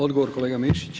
Odgovor, kolega Mišić.